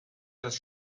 das